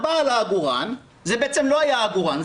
זה לא היה עגורן,